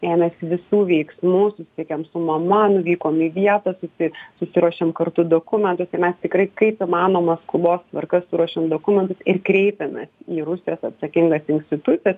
ėmėsi visų veiksmų susisiekėm su mama nuvykom į vietą susi susiruošėm kartu dokumentus ir mes tikrai kaip įmanoma skubos tvarka suruošėm dokumentus ir kreipėmės į rusijos atsakingas institucijas